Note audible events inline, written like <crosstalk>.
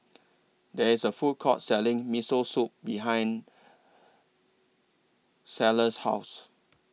There IS A Food Court Selling Miso Soup behind <unintelligible> House